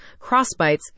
crossbites